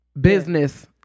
business